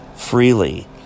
Freely